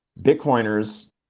Bitcoiners